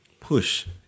push